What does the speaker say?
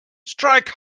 strike